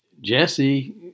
Jesse